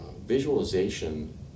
Visualization